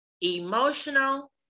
emotional